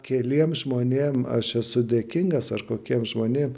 keliem žmonėm aš esu dėkingas ar kokiem žmonėm